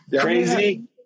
Crazy